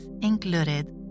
included